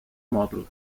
model